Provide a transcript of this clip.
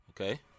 Okay